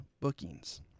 bookings